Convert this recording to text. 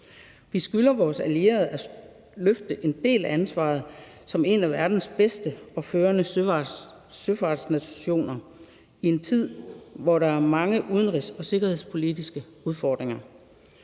Vi skylder vores allierede at løfte en del af ansvaret som en af verdens bedste og førende søfartsnationer i en tid, hvor der er mange udenrigspolitiske og sikkerhedspolitiske udfordringer.